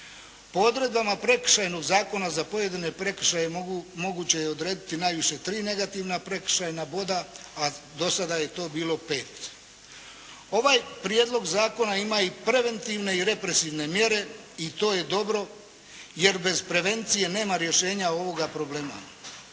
Po odredbama Prekršajnog zakona za pojedine prekršaje moguće je odrediti najviše tri negativna prekršajna boda, a do sada je to bilo pet. Ovaj prijedlog zakona ima i preventivne i represivne mjere i to je dobro, jer bez prevencije nema rješenja ovoga problema.